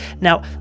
Now